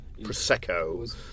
prosecco